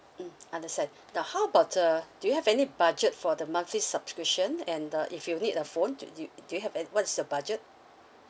mm understand then how about uh do you have any budget for the monthly subscription and uh if you need a phone do you do you have any what is your budget